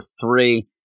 three